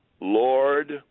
Lord